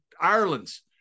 Ireland's